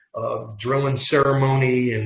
drilling ceremony,